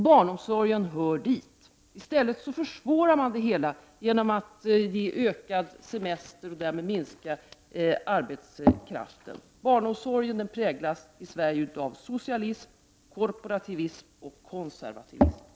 Barnomsorgen hör dit. I stället försvårar man utvecklingen genom att ge ökad semester och därmed minska arbetskraften. Barnomsorg i Sverige präglas av socialism, korporativism och konservatism.